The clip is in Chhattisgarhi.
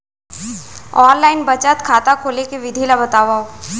ऑनलाइन बचत खाता खोले के विधि ला बतावव?